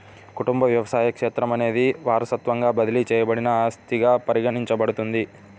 కుటుంబ వ్యవసాయ క్షేత్రం అనేది వారసత్వంగా బదిలీ చేయబడిన ఆస్తిగా పరిగణించబడుతుంది